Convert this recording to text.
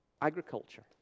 agriculture